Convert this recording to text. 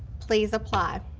please apply.